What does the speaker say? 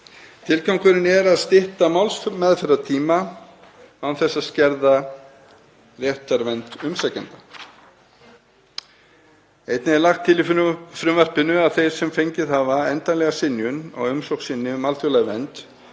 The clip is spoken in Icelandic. Tilgangurinn er að stytta málsmeðferðartíma án þess að skerða réttarvernd umsækjenda. Einnig er lagt til í frumvarpinu að þeir sem fengið hafa endanlega synjun á umsókn sinni um alþjóðlega vernd